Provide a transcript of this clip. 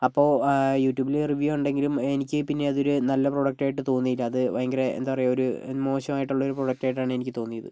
അപ്പോൾ യൂട്യൂബില് റിവ്യൂ ഉണ്ടെങ്കിലും എനിക്ക് പിന്നെ അതൊരു നല്ല പ്രോഡക്റ്റായിട്ട് തോന്നിയില്ല അത് ഭയങ്കര എന്താ പറയുക ഒരു മോശമായിട്ടുള്ള ഒരു പ്രോഡക്റ്റ് ആയിട്ടാണ് എനിക്ക് തോന്നിയത്